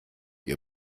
ihr